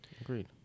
Agreed